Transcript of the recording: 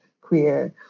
queer